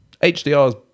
HDR's